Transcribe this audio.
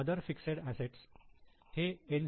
other fixed assets हे N